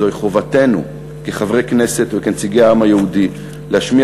זוהי חובתנו כחברי כנסת וכנציגי העם היהודי להשמיע